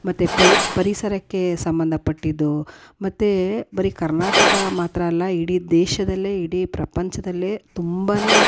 ಮತ್ತು ಪರಿಸರಕ್ಕೆ ಸಂಬಂಧ ಪಟ್ಟಿದ್ದು ಮತ್ತು ಬರೀ ಕರ್ನಾಟಕ ಮಾತ್ರ ಅಲ್ಲ ಇಡೀ ದೇಶದಲ್ಲೇ ಇಡೀ ಪ್ರಪಂಚದಲ್ಲೇ ತುಂಬಾ